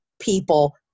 people